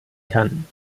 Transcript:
kann